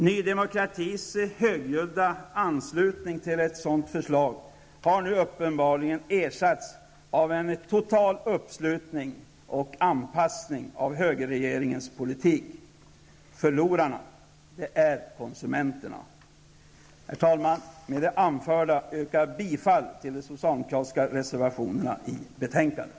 Ny Demokratis högljudda anslutning till ett sådant förslag har nu uppenbarligen ersatts av en total uppslutning och anpassning till högerregeringens politik. Förlorare är konsumenterna. Herr talman! Med det anförda yrkar jag bifall till de socialdemokratiska reservationerna till betänkandet.